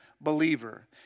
believer